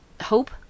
Hope